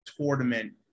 tournament